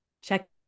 check